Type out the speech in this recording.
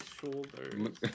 Shoulders